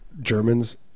Germans